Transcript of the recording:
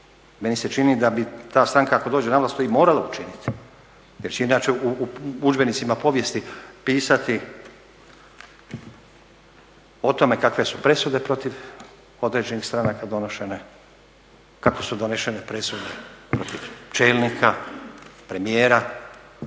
Meni se čini da ta stranka ako dođe na vlast to i morala učiniti jer će inače u udžbenicima povijesti pisati o tome kakve su presude protiv određenih stranaka donešene, kako su donese presude protiv čelnika, premijera